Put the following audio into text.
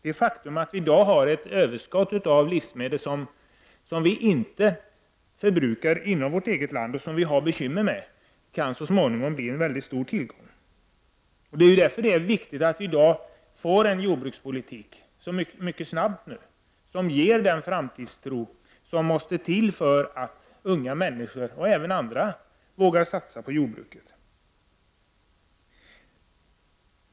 Det faktum att vi i dag har ett överskott av livsmedel som vi inte förbrukar inom vårt eget land och som vi har bekymmer med, kan så småningom i stället bli en stor tillgång. Därför är det viktigt att vi får en jordbrukspolitik mycket snabbt nu som ger den framtidstro som måste till för att unga människor, och även andra, skall våga satsa på jordbruket.